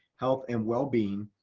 health, and wellbeing,